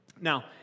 now